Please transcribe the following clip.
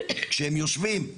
שהם יושבים,